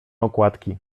okładki